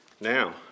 Now